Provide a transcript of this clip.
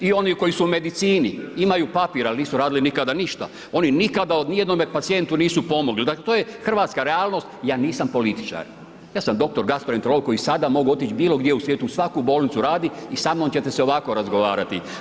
I oni koji su u medicini, imaju papir ali nisu radili nikada ništa, oni nikada ni jednome pacijentu nisu pomogli, dakle to je hrvatska realnost, ja nisam političar, ja sam dr. gastroenterolog koji sada mogu otići bilo gdje u svijetu u svaku bolnicu raditi i samnom ćete se ovako razgovarati.